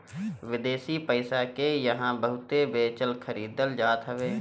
विदेशी पईसा के इहां बहुते बेचल खरीदल जात हवे